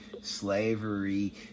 Slavery